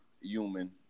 human